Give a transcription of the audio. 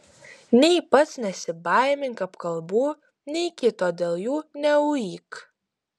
nei pats nesibaimink apkalbų nei kito dėl jų neuik